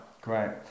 Great